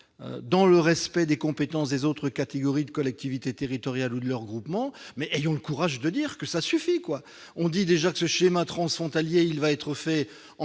« le respect des compétences des autres catégories de collectivités territoriales ou de leurs groupements », mais ayons le courage de le dire :« Ça suffit !» Après avoir prévu que le schéma transfrontalier doit être en